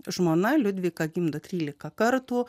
žmona liudvika gimdo trylika kartų